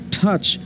touch